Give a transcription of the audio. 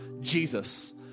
Jesus